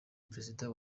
perezida